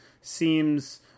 seems